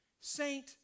Saint